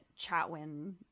Chatwin